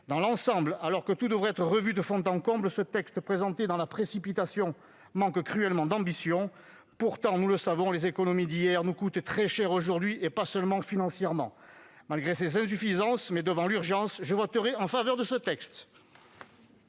Dans l'ensemble, alors que tout devrait être revu de fond en comble, ce texte présenté dans la précipitation manque cruellement d'ambition. Pourtant, nous le savons, les économies d'hier nous coûtent très cher aujourd'hui, et pas seulement financièrement. Malgré ces insuffisances et devant l'urgence de la situation, je voterai ce texte.